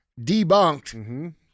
debunked